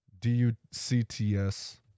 D-U-C-T-S